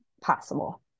possible